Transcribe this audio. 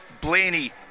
Blaney